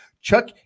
Chuck